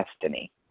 destiny